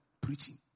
preaching